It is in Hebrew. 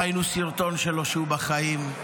ראינו סרטון שלו כשהוא בחיים,